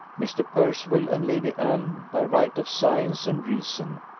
mr. percival and lady anne, by right of science and reason,